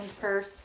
purse